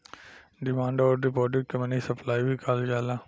demand अउर deposit के money supply भी कहल जाला